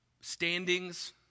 standings